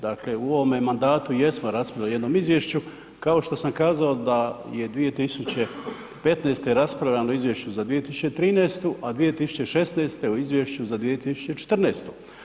Dakle u ovome mandatu jesmo raspravljali o jednom izvješću kao što sam kazao da je 2015. raspravljano izvješće za 2013., a 2016. o Izvješću za 2014.